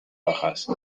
bajas